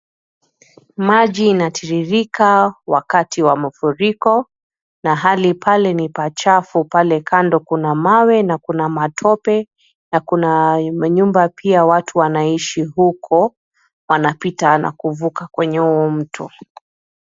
Maji inatiririka wakati wa mafuriko na hali pale ni pachafu. Pale kando kuna mawe na kuna matope na kuna nyumba pia. Watu wanaishi huko wanapita na kuvuka kwenye huo mto.